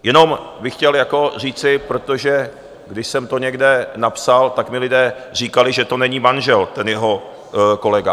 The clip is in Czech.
Jenom bych chtěl říci, protože když jsem to někde napsal, tak mi lidé říkali, že to není manžel, ten jeho kolega.